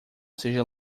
seja